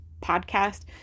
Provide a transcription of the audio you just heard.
podcast